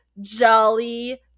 jolly